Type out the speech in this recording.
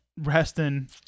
resting